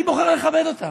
אני בוחר לכבד אותה.